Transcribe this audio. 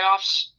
playoffs